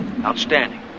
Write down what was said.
Outstanding